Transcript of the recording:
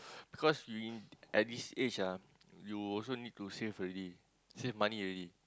because you in at this age ah you also need to save already save money already